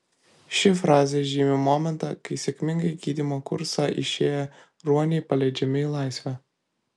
ši frazė žymi momentą kai sėkmingai gydymo kursą išėję ruoniai paleidžiami į laisvę